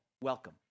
welcome